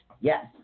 Yes